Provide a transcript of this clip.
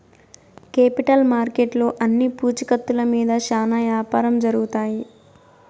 capital మార్కెట్లో అన్ని పూచీకత్తుల మీద శ్యానా యాపారం జరుగుతాయి